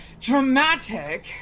dramatic